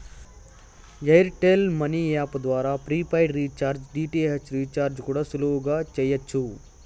air tell money app ద్వారా prepaid recharge, DTH recharge కూడా సులువుగా చెయ్యచ్చు